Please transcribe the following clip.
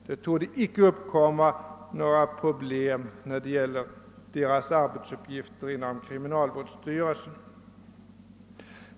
Det torde inte uppkomma några problem när det gäller att ge de ytterligare tjänster som vi föreslagit arbetsuppgifter inom kriminalvårdsstyrelsen.